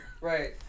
Right